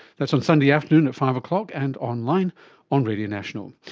that's on sunday afternoon at five o'clock and online on radio national.